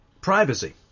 Privacy